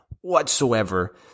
whatsoever